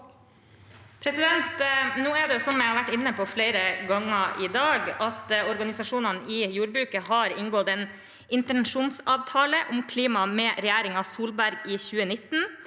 Nå er det, som jeg har vært inne på flere ganger i dag, slik at organisasjonene i jordbruket har inngått en intensjonsavtale om klima med regjeringen Solberg i 2019.